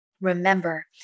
Remember